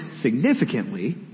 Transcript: significantly